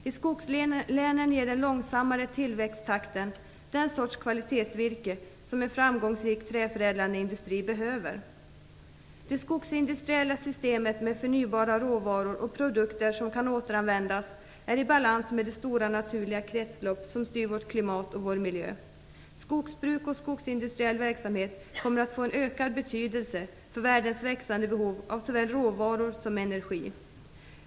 I skogslänen ger den långsammare tillväxttakten den sorts kvalitetsvirke som en framgångsrik träförädlande industri behöver. Det skogsindustriella systemet med förnybara råvaror och produkter som kan återanvändas är i balans med det stora naturliga kretslopp som styr vårt klimat och vår miljö. Skogsbruk och skogsindustriell verksamhet kommer att få en ökad betydelse för världens växande behov av såväl råvaror som energi.